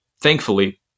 thankfully